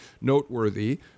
noteworthy